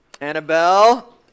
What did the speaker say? Annabelle